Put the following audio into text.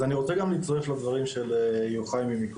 אני רוצה להצטרף לדברים של יוחאי וג'ימה.